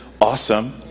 awesome